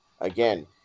Again